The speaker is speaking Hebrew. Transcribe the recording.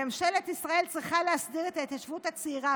ממשלת ישראל צריכה להסדיר את ההתיישבות הצעירה,